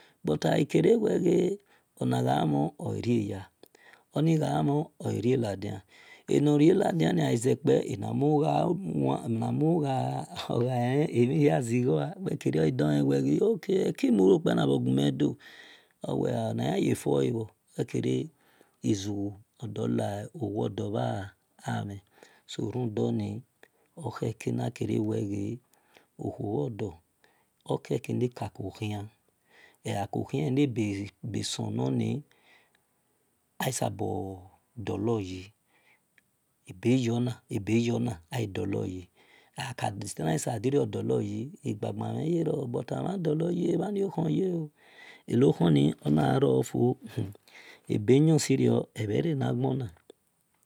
But agha kere wel ghe ona gha mhon oriya onigha mhon orieladian ebir meladiani gha i qekpe enamulu gha len emhi hia zighi a weghi kede owe oki eki mulu okpian bhor gu-mel do wel kede izughu odor lai owo dor bha mhen so rundonu okheke nakere wel ghe okhuo bho dor okheke neka ko khian okhie ne be sonor ni asubor dolor yi ebeyo na ebe yona aghi dolor yi ebeyo na ebe yona aghi dolor yi ona ka dirio dolo yi igba gban mhen ghi ro but amhan dolor yi enokhoni ona fo ebeyon sirio ebhe re na gbona